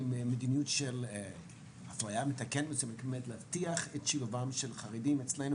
מדיניות של אפליה מתקנת כלומר להבטיח שילובם של חרדים אצלנו